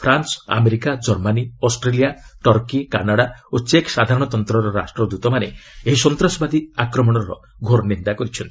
France America Germany Australia Turkey Canada ଓ ଚେକ୍ ସାଧାରଣତନ୍ତ୍ରର ରାଷ୍ଟ୍ରଦୃତମାନେ ଏହି ସନ୍ତାସବାଦୀ ଆକ୍ମଣ ଘୋର ନିନ୍ଦା କରିଛନ୍ତି